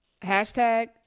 hashtag